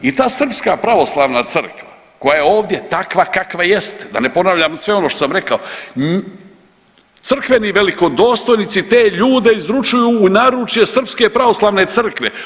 I ta srpska pravoslavna crkva koja je ovdje takva kakva jest da ne ponavljam sve ono što sam rekao crkveni velikodostojnici te ljude izručuju u naručje srpske pravoslavne crkve.